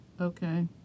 okay